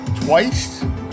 twice